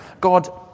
God